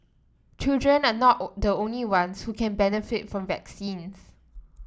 children are not the only ones who can benefit from vaccines